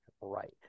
right